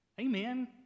Amen